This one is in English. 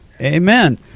Amen